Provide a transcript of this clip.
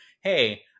hey